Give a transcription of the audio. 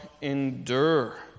endure